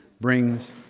brings